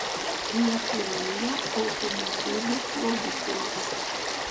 neturėjo automobilių plovyklos